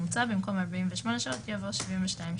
המוצע במקום "48 שעות" יבוא "72 שעות".